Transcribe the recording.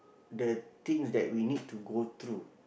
the things that we need to go through